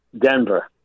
Denver